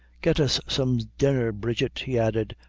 get us some dinner, bridget, he added,